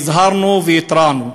הזהרנו והתרענו,